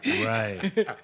Right